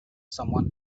someone